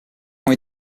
ont